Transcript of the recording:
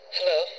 Hello